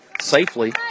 safely